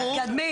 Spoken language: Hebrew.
ברור.